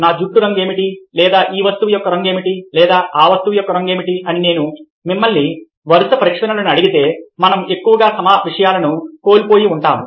నా జుట్టు రంగు ఏమిటి లేదా ఈ వస్తువు యొక్క రంగు ఏమిటి లేదా ఆ వస్తువు యొక్క రంగు ఏమిటి అని నేను మిమ్మల్ని వరుస ప్రశ్నలను అడిగితే మనం ఎక్కువగా ఈ విషయాలను కోల్పోయి వుంటాము